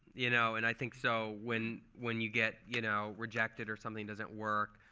you know and i think so when when you get you know rejected or something doesn't work